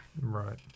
Right